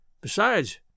Besides